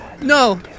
no